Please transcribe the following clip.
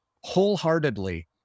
wholeheartedly